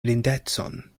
blindecon